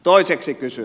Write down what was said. toiseksi kysyn